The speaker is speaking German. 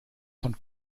von